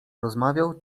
rozmawiał